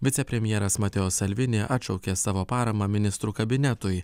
vicepremjeras matejo salvini atšaukė savo paramą ministrų kabinetui